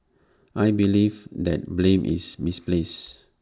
I believe that blame is misplaced